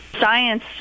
science